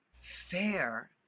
fair